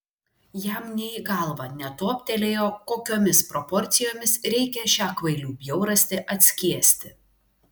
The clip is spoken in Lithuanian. jam nė į galvą netoptelėjo kokiomis proporcijomis reikia šią kvailių bjaurastį atskiesti